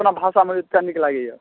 अपना भाषामे अइ तेँ नीक लागैए